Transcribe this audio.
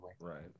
right